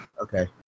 Okay